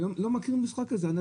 אני לא מכיר משחק כזה.